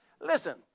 listen